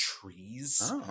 trees